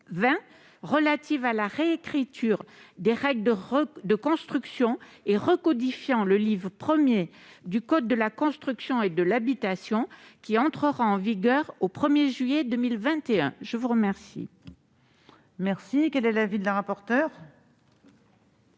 relative à la réécriture des règles de construction et recodifiant le livre I du code de la construction et de l'habitation qui entrera en vigueur au 1 juillet 2021. Quel